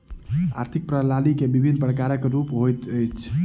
आर्थिक प्रणाली के विभिन्न प्रकारक रूप होइत अछि